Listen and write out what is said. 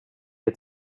had